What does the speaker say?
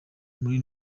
muri